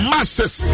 Masses